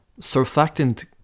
surfactant